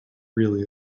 really